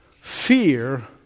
fear